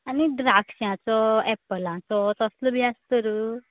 आनी द्राक्षांचो ऍप्पलांचो तसलो बी आसा तर